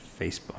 Facebook